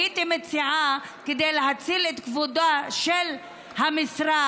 הייתי מציעה, כדי להציל את כבודו של המשרד,